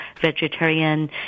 vegetarian